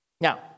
Now